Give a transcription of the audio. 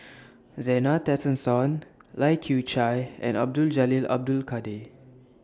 Zena Tessensohn Lai Kew Chai and Abdul Jalil Abdul Kadir